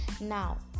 Now